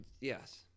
Yes